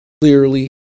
clearly